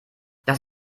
das